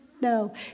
no